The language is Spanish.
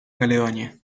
caledonia